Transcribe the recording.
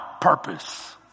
purpose